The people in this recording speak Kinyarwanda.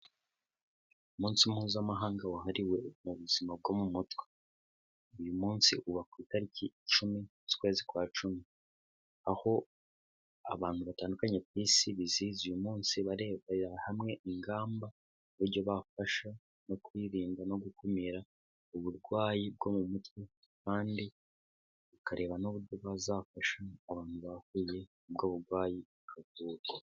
Umunsi mpuzamahanga wahariwe ubuzima bwo mu mutwe. Uyu munsi uba ku itariki icumi z'ukwezi kwa cumi. Aho abantu batandukanye ku isi bizihiza uyu munsi barebera hamwe ingamba n'uburyo bwafasha mu kuyirinda no gukumira uburwayi bwo mu mutwe, kandi bakareba n'uburyo bazafasha abantu bahuye n'ubwo burwayi.